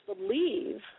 believe